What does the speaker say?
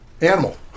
Animal